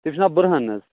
تٔمِس چھِ ناو برُہان حظ